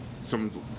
someone's